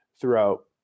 throughout